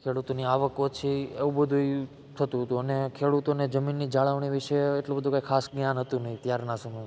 ખેડૂતની આવક ઓછી એવું બધુય થતું હતું અને ખેડૂતોને જમીનની જાળવણી વિશે એટલું બધું કઈ ખાસ જ્ઞાન હતું નહીં ત્યારના સમયમાં